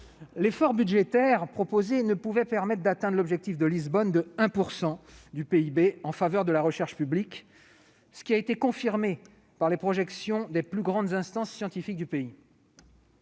l'effort budgétaire proposé ne pouvait permettre d'atteindre l'objectif de Lisbonne de 1 % du PIB en faveur de la recherche publique, ce qui a été confirmé par les projections des plus grandes instances scientifiques de ce pays.